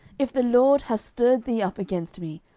if the lord have stirred thee up against me,